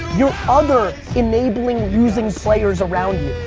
your other enabling losing players around